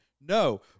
No